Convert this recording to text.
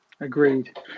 Agreed